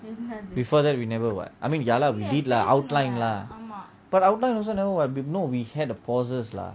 before that we never [what] I mean ya lah we did lah outline lah but outline also never [what] we no we had the pauses lah